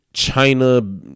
China